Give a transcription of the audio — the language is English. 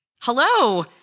hello